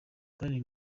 kandi